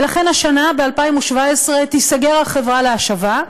ולכן השנה, ב-2017, תיסגר החברה להשבה,